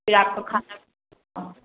फिर आपका खाना पीना